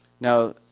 Now